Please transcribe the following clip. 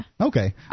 Okay